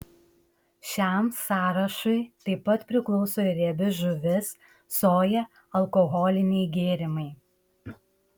šiam sąrašui taip pat priklauso ir riebi žuvis soja alkoholiniai gėrimai